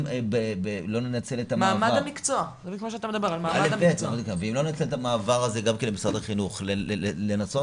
אם לא ננצל את המעבר למשרד החינוך לנסות